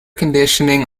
conditioning